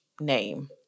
name